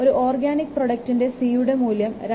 ഒരു ഓർഗാനിക് പ്രോഡക്റ്റിൻറെ 'c' യുടെ മൂല്യം 2